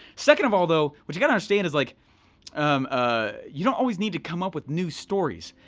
second of all though, what you gotta understand is like um ah you don't always need to come up with new stories,